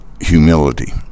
humility